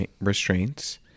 restraints